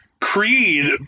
Creed